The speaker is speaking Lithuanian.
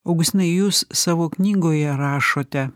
augustinai jūs savo knygoje rašote